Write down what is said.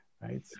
right